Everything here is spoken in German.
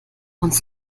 uns